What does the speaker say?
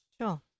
Sure